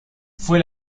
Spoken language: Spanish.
fue